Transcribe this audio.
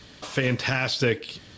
Fantastic